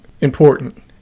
important